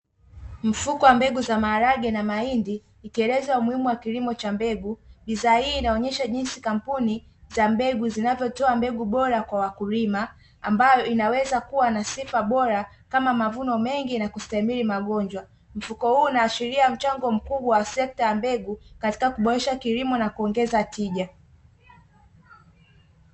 Mfuko wa mbegu za maharage na mahindi ikieleza umuhimu wa kilimo cha mbegu, bidhaa hii inaonyesha jinsi kampuni za mbegu zinavyotoa mbegu bora kwa wakulima ambayo inaweza kuwa na sifa bora kama mavuno mengi na kustahimili magonjwa, mfuko huu unaashiria mchango mkubwa wa sekta ya mbegu katika kuboresha kilimo na kuongeza tija.